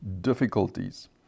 difficulties